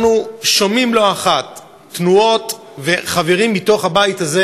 אנחנו שומעים לא אחת תנועות וחברים מתוך הבית הזה